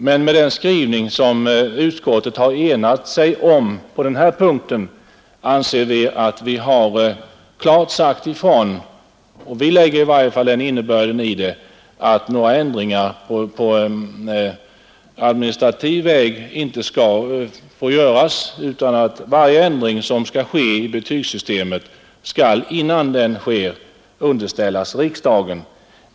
Men med den skrivning som utskottet har enat sig om på den här punkten anser vi att vi har klart sagt ifrån — vi lägger i varje fall den innebörden i det — att några ändringar på administrativ väg inte skall få göras utan att varje ändring som skall ske i betygssystemet skall innan den sker underställas riksdagen.